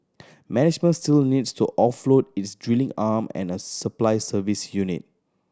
management still needs to offload its drilling arm and a supply service unit